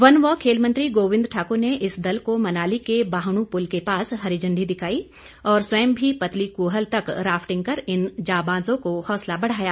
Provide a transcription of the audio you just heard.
one व खेल मंत्री गोबिंद ठाकुर ने इस दल को मनाली के बाहणु पुल के पास हरी झंडी दिखाई और स्वयं भी पतली कूहल तक राफ्टिंग कर इन जांबाजों का हौसला बढ़ाया